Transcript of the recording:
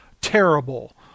terrible